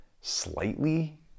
slightly